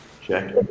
Check